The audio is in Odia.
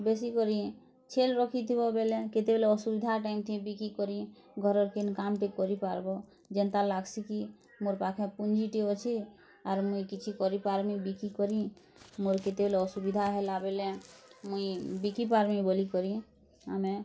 ବେଶୀ କରି ଛେଲ୍ ରଖିଥିବ ବେଲେ କେତେବେଲେ ଅସୁବିଧା ଟାଇମ୍ ଥି ବିକିକରି ଘରର୍ କେନ୍ କାମ୍ଟେ କରି ପାର୍ବ ଯେନ୍ତା ଲାଗ୍ସିକି ମୋର୍ ପାଖେ ପୁଞ୍ଜିଟେ ଅଛେ ଆର୍ ମୁଇଁ କିଛି କରି ପାର୍ମି ବିକିକରି ମୋର୍ କେତେବେଲେ ଅସୁବିଧା ହେଲା ବେଲେ ମୁଇଁ ବିକି ପାର୍ମି ବୋଲି କରି ଆମେ